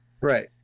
Right